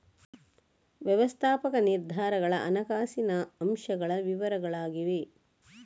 ವ್ಯವಸ್ಥಾಪಕ ನಿರ್ಧಾರಗಳ ಹಣಕಾಸಿನ ಅಂಶಗಳ ವಿವರಗಳಾಗಿವೆ